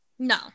No